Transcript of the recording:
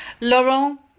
Laurent